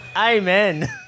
Amen